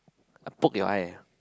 I poke your eye ah